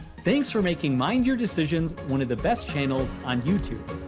thanks for making mindyourdecisions one of the best channels on youtube.